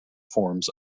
forms